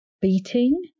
beating